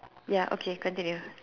ya okay continue